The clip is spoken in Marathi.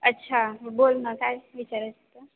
अच्छा बोल ना काय विचारायंच होतं